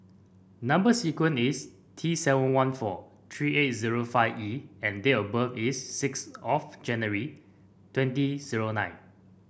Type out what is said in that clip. number sequence is T seven one four three eight zero five E and date of birth is six of January twenty zero nine